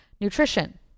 nutrition